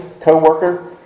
co-worker